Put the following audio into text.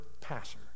passer